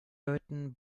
leuten